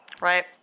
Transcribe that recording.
right